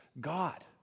God